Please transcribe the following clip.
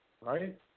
Right